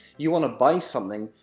you want to buy something,